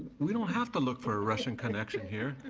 we don't have to look for a russian connection here.